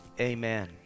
Amen